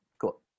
Cool